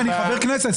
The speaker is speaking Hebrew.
אני חבר כנסת.